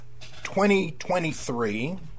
2023